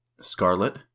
Scarlet